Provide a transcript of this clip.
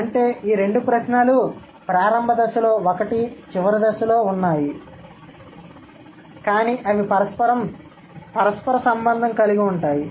అంటే ఈ రెండు ప్రశ్నలు ప్రారంభ దశలో ఒకటి చివరి దశలో ఉన్నాయి కానీ అవి పరస్పరం సంబంధం కలిగి ఉంటాయి